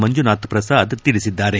ಮಂಜುನಾಥ್ ಪ್ರಸಾದ್ ತಿಳಿಸಿದ್ದಾರೆ